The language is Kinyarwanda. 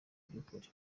by’ukuri